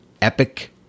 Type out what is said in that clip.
epic